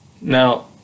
Now